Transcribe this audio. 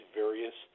various